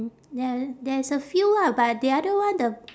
ya there's a few lah but the other one the